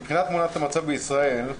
מבחינת תמונת המצב בישראל,